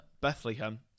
Bethlehem